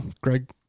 Greg